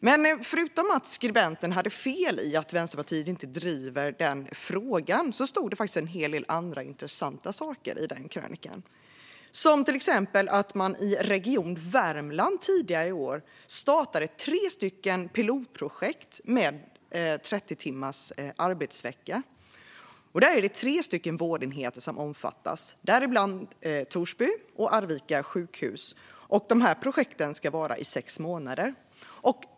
Men förutom att skribenten hade fel om att Vänsterpartiet inte driver frågan stod det en hel del andra intressanta saker i krönikan, som till exempel att man i Region Värmland tidigare i år startade tre pilotprojekt med 30 timmars arbetsvecka. Det är tre vårdenheter som omfattas, däribland Torsby och Arvika sjukhus. Projekten ska vara i sex månader.